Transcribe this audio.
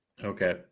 Okay